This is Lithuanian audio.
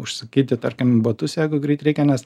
užsakyti tarkim batus jeigu greit reikia nes